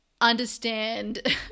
understand